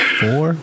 four